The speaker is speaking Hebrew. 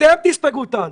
אתם תספגו את העלויות.